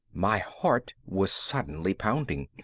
my heart was suddenly pounding.